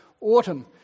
Autumn